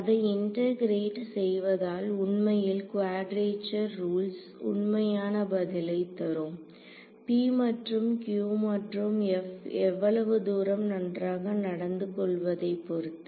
அதை இண்டெகரேட் செய்வதால் உண்மையில் குவேடரேச்சர் ரூல்ஸ் உண்மையான பதிலை தரும் p மற்றும் q மற்றும் f எவ்வளவு தூரம் நன்றாக நடந்து கொள்வதைப் பொறுத்து